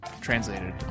translated